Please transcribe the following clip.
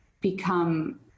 become